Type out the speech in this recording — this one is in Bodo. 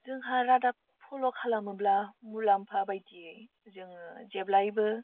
जोंहा रादाब फल' खालामोब्ला मुलाम्फा बायदियै जोङो जेब्लायबो